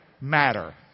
matter